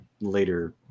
later